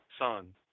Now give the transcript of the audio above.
son